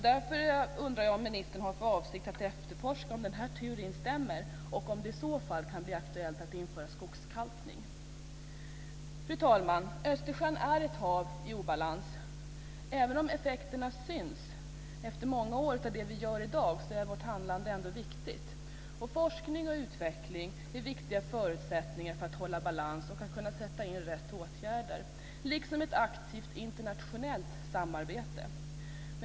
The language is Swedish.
Därför undrar jag om ministern har för avsikt att efterforska om denna teori stämmer och om det i så fall kan bli aktuellt att införa skogskalkning. Fru talman! Östersjön är ett hav i obalans. Även om effekterna av det vi gör i dag syns först efter många år är vårt handlande ändå viktigt. Forskning och utveckling är viktiga förutsättningar för att hålla balans och att kunna sätta in rätt åtgärder, liksom ett aktivt internationellt samarbete.